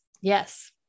Yes